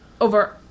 Over